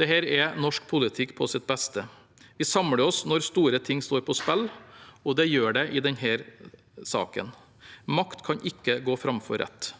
Dette er norsk politikk på sitt beste. Vi samler oss når store ting står på spill, og det gjør det i denne saken. Makt kan ikke gå foran rett.